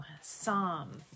Psalm